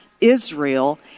Israel